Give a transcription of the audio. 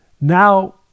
Now